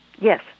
Yes